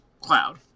cloud